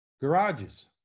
Garages